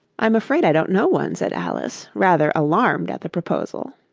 i'm afraid i don't know one said alice, rather alarmed at the proposal.